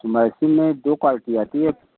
मैसिम में दो क्वालिटी आती है